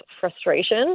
frustration